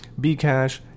Bcash